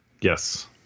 Yes